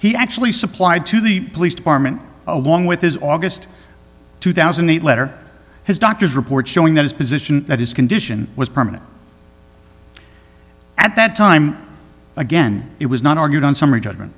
he actually supplied to the police department along with his august two thousand and eight letter his doctor's report showing that his position that his condition was permanent at that time again it was not argued on s